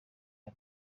aya